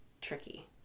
tricky